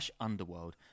Underworld